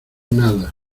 nada